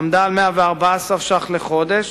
עמדה על 114 ש"ח לחודש,